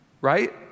right